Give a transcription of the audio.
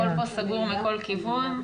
הכול פה סגור מכל כיוון.